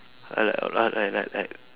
I like horror like like like